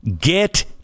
get